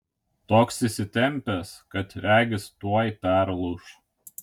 toks įsitempęs kad regis tuoj perlūš